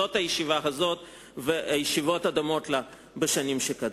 זו הישיבה הזאת והישיבות הדומות לה בשנים שקדמו.